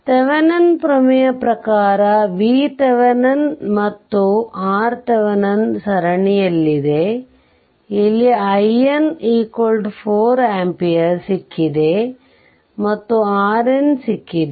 Thevenin ಪ್ರಮೇಯ ಪ್ರಕಾರ V Thevenin ಮತ್ತು RThevenin ಸರಣಿಯಲ್ಲಿದೆ ಇಲ್ಲಿ IN 4 ಆಂಪಿಯರ್ ಸಿಕ್ಕಿದೆ ಮತ್ತು RN ಸಿಕ್ಕಿದೆ